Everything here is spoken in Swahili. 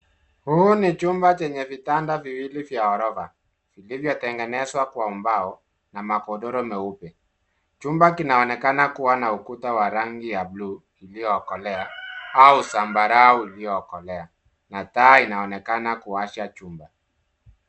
Huu ni chumba chenye vitanda viwili vya ghorofa vilivyotengenezwa kwa mbao na madogoro meupe. Chumba kinaonekana kuwa na kuta wa rangi ya bluu iliyokolea au zambarau iliyokolea na taa inaonekana kuwasha chumba.